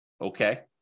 Okay